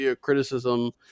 criticism